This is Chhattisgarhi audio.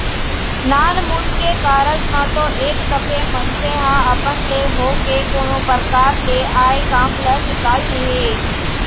नानमुन के कारज म तो एक दफे मनसे ह अपन ले होके कोनो परकार ले आय काम ल निकाल लिही